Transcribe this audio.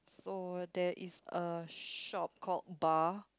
oh there is a shop called bar